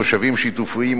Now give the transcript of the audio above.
מושבים שיתופיים,